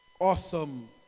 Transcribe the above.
Awesome